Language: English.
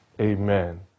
Amen